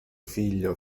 figlio